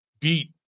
beat